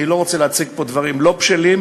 אני לא רוצה להציג פה דברים לא בשלים.